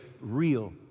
real